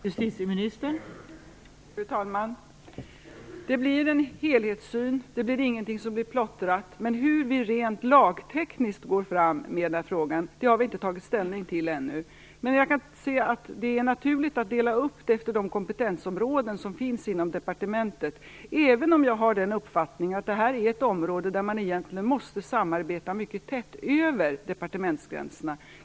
Fru talman! Det blir en helhetssyn. Det blir inget plotter. Men hur vi rent lagtekniskt går fram med den här frågan har vi inte tagit ställning till ännu. Jag kan se att det är naturligt att dela upp den efter de kompetensområden som finns inom departementet, även om jag har den uppfattningen att det här är ett område där man egentligen måste samarbeta mycket tätt över departementsgränserna.